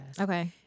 Okay